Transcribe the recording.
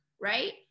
right